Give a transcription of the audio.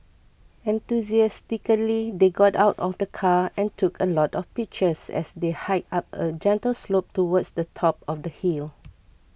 enthusiastically they got out of the car and took a lot of pictures as they hiked up a gentle slope towards the top of the hill